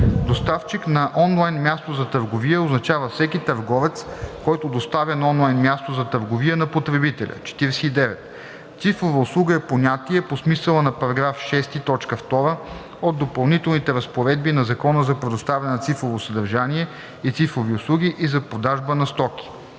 „Доставчик на онлайн място за търговия“ означава всеки търговец, който доставя на онлайн място за търговия на потребители. 49. „Цифрова услуга“ е понятие по смисъла на § 6, т. 2 от допълнителните разпоредби на Закона за предоставяне на цифрово съдържание и цифрови услуги и за продажба на стоки.